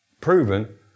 proven